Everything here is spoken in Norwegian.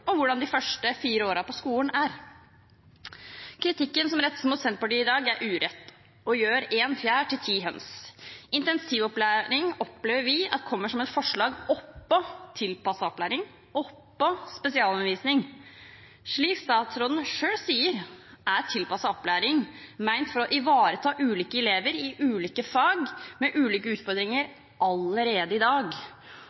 og hvordan de første fire årene på skolen er. Kritikken som rettes mot Senterpartiet i dag, er urettferdig og gjør én fjær til ti høns. Intensiv opplæring opplever vi kommer oppå tilpasset opplæring og oppå spesialundervisning. Som statsråden selv sier, er tilpasset opplæring allerede i dag ment å ivareta ulike elever i ulike fag med ulike utfordringer.